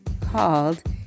called